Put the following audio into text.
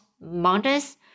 mountains